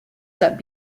set